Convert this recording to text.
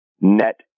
net